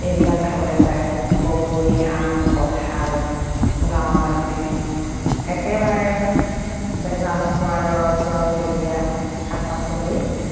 এইবিলাক খাবলৈ পায় বগৰী আম কঁঠাল গাঁৱৰ মানুহে একেবাৰে ভেজাল নোহোৱা দৰৱ চৰব নিদিয়া শাক পাচলি